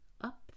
up